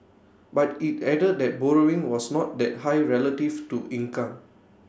but IT added that borrowing was not that high relative to income